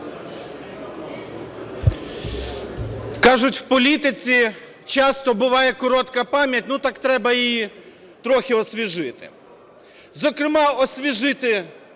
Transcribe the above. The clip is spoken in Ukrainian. Кажуть, в політиці часто буває коротка пам'ять, ну, так треба її трохи освіжити. Зокрема, освіжити